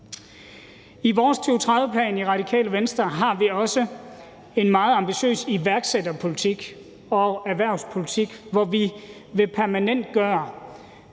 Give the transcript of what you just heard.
Venstres 2030-plan har vi også en meget ambitiøs iværksætterpolitik og erhvervspolitik, hvor vi vil permanentgøre